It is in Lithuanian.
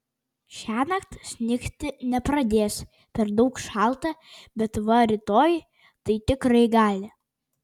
šiąnakt snigti nepradės per daug šalta bet va rytoj tai tikrai gali